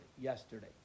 yesterday